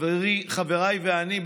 חבריי ואני,